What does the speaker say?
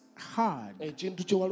hard